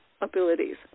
abilities